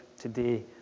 today